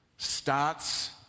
starts